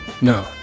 no